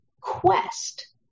quest